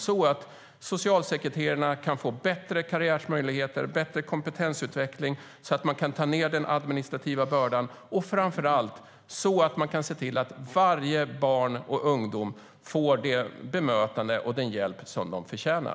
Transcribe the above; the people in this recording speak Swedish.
På så vis kan socialsekreterarna få bättre karriärmöjligheter och bättre kompetensutveckling, man kan ta ned den administrativa bördan och framför allt kan man kan se till att varje barn och ungdomar får det bemötande och den hjälp som de förtjänar.